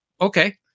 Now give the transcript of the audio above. Okay